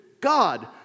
God